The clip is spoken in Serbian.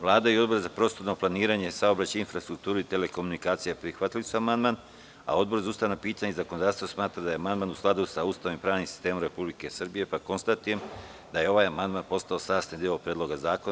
Vlada i Odbor za prostorno planiranje, saobraćaj, infrastrukturu i telekomunikacije prihvatili su amandman, a Odbor za ustavna pitanja i zakonodavstvo smatra da je amandman u skladu sa Ustavom i pravnim sistemom Republike Srbije, pa konstatujem da je ovaj amandman postao sastavni deo Predloga zakona.